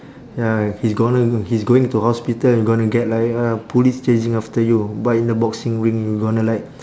ya he's gonna he's going to hospital you gonna get like uh police chasing after you but in a boxing ring you gonna like